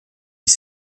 dix